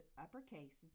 uppercase